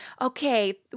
okay